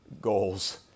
goals